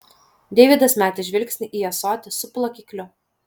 deividas metė žvilgsnį į ąsotį su plakikliu